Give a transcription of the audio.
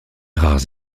rares